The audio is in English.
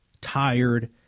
tired